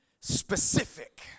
specific